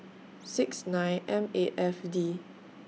six nine M eigh F D